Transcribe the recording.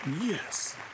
Yes